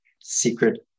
secret